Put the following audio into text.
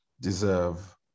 deserve